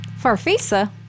Farfisa